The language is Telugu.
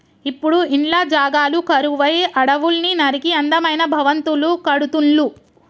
ఇప్పుడు ఇండ్ల జాగలు కరువై అడవుల్ని నరికి అందమైన భవంతులు కడుతుళ్ళు